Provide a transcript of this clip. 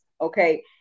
okay